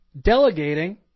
delegating